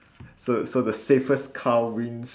so so the safest car wins